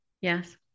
Yes